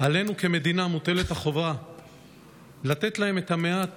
כמדינה מוטלת עלינו החובה לתת להם את המעט